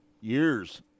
years